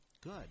Good